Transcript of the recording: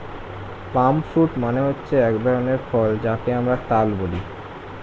পাম fruit মানে হচ্ছে এক ধরনের ফল যাকে আমরা তাল বলি